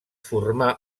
formà